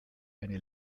eine